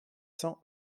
cents